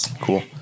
cool